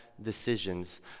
decisions